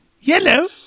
Yellow